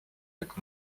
jak